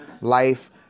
Life